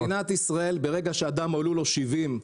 במדינת ישראל ברגע שלאדם מלאו 70 שנה,